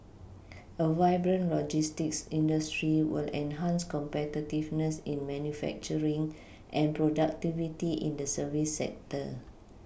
a vibrant logistics industry will enhance competitiveness in manufacturing and productivity in the service sector